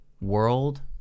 world